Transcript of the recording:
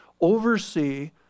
oversee